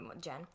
Jen